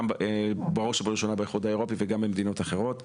בראש ובראשונה באיחוד האירופי וגם במדינות אחרות,